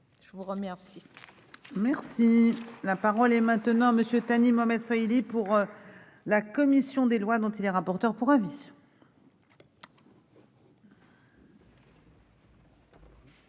je vous remercie